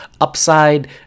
upside